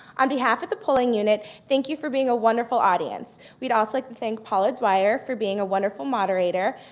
on behalf of the polling unit, thank you for being a wonderful audience. we'd also like to thank paula dwyer for being a wonderful moderator.